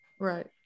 right